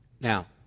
Now